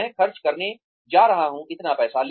मैं खर्च करने जा रहा हूँ इतना पैसा